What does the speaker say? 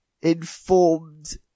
informed